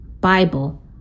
Bible